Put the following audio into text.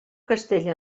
castell